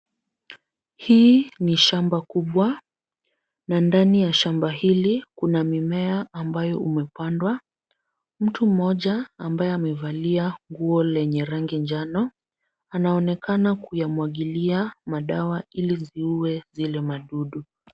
Hii ni shamba kubwa na ndani ya shamba hili kuna mimea ambayo umepandwa. Mtu mmoja ambaye amevalia nguo lenye rangi njano, anaonekana kuyamwagilia madawa ili ziuwe zile madudu.